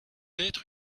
être